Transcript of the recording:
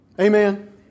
Amen